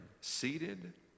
seated